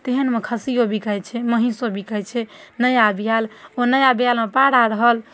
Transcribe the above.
तेहन मे खसियो बिकाइ छै महीषो बिकाइ छै नया बियाल नया बियालमे पारा रहल